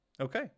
Okay